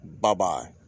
bye-bye